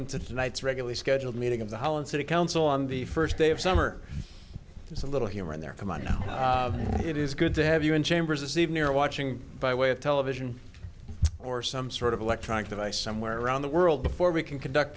tonight's regularly scheduled meeting of the holland city council on the first day of summer there's a little humor in there come on now it is good to have you in chambers this evening or watching by way of television or some sort of electronic device somewhere around the world before we can conduct